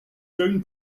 joan